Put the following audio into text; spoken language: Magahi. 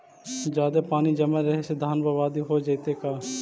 जादे पानी जमल रहे से धान बर्बाद हो जितै का?